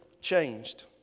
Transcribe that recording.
changed